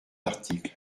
article